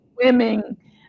swimming